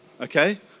okay